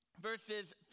verses